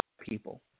people